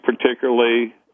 particularly